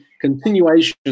continuation